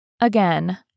Again